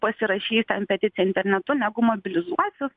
pasirašs ten peticiją internetu negu mobilizuosis